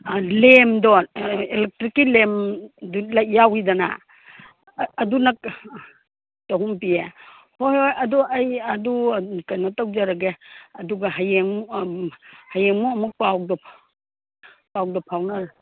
ꯑꯥ ꯂꯩꯝꯗꯣ ꯑꯦꯂꯦꯛꯇ꯭ꯔꯤꯛꯀꯤ ꯂꯦꯝ ꯌꯥꯎꯏꯗꯅ ꯑꯗꯨꯅ ꯆꯥꯍꯨꯝ ꯄꯤꯌꯦ ꯍꯣꯏ ꯍꯣꯏ ꯑꯗꯨ ꯑꯩ ꯑꯗꯨ ꯀꯩꯅꯣ ꯇꯧꯖꯔꯒꯦ ꯑꯗꯨꯒ ꯍꯌꯦꯡꯃꯨꯛ ꯍꯌꯦꯡꯃꯨꯛ ꯑꯃꯨꯛ ꯄꯥꯎꯗꯣ ꯄꯥꯎꯗꯣ ꯐꯥꯎꯅꯔꯁꯤ